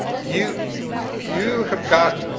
you you have got